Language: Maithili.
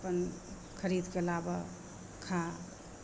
अपन खरीदके लाबऽ खाऽ